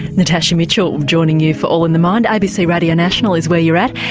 natasha mitchell joining you for all in the mind. abc radio national is where you're at.